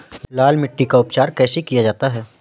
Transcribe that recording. लाल मिट्टी का उपचार कैसे किया जाता है?